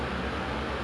so it was like